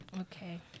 Okay